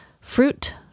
fruit